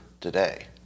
today